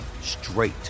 straight